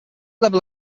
level